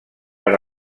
per